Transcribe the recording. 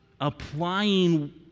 applying